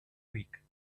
week